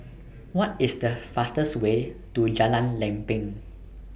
What IS The fastest Way to Jalan Lempeng